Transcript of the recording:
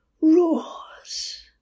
roars